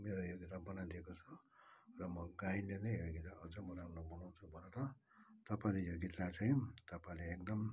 मेरो यो गीतलाई बनाइदिएको छ र म गाइने नै यो गीतलाई अझ म राम्रो बनाउँछु भनेर तपाईँले यो गीतलाई चाहिँ तपाईँले एकदम